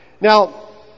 Now